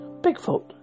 Bigfoot